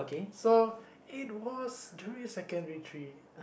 so it was during secondary three